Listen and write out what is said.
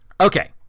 Okay